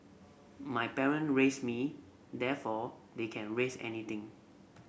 my parent raised me therefore they can raise anything